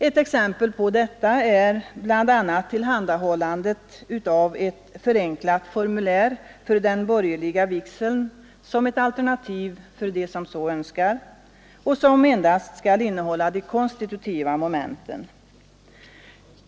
Ett exempel på detta är bl.a. tillhandahållandet av ett förenklat formulär för den borgerliga vigseln som ett alternativ för dem som så önskar och som endast skall innehålla de konstitutiva momenten.